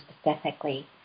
specifically